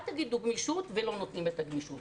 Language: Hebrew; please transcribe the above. אל תגידו גמישות ולא נותנים את הגמישות.